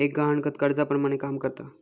एक गहाणखत कर्जाप्रमाणे काम करता